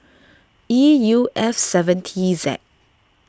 E U F seven T Z